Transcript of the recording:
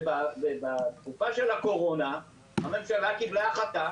ובתקופה של הקורונה הממשלה קיבלה החלטה